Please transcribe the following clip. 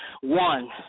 One